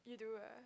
you do ah